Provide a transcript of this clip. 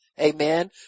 Amen